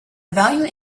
value